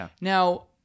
Now